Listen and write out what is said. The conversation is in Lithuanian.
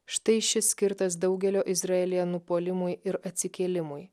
štai šis skirtas daugelio izraelyje nupuolimui ir atsikėlimui